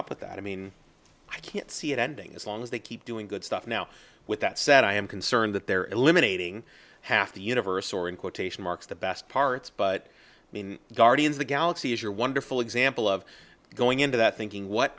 up with that i mean i can't see it ending as long as they keep doing good stuff now with that said i am concerned that they're eliminating half the universe or in quotation marks the best parts but i mean the guardians the galaxies are wonderful example of going into that thinking what